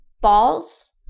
balls